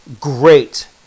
great